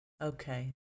Okay